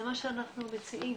זה מה שאנחנו מציעים,